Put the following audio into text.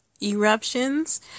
Eruptions